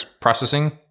processing